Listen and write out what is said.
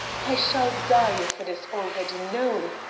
i shall die if it is already known,